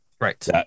Right